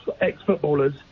ex-footballers